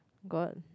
god